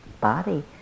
body